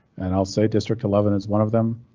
and i'll say district eleven is one of them.